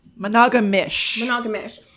Monogamish